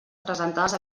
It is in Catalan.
presentades